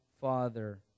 father